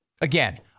Again